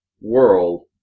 world